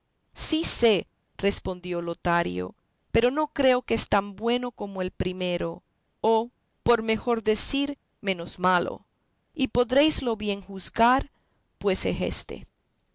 sí sé respondió lotario pero no creo que es tan bueno como el primero o por mejor decir menos malo y podréislo bien juzgar pues es éste